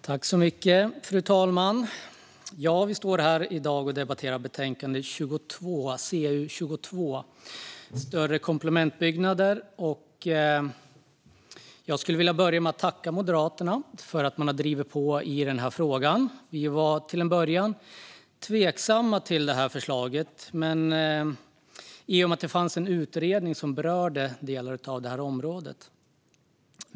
Fru talman! Vi står här i dag och debatterar betänkande CU22 Större komplementbyggnader . Jag skulle vilja börja med att tacka Moderaterna för att man har drivit på i denna fråga. Vi var till en början tveksamma till förslaget i och med att det fanns en utredning som berörde delar av detta område.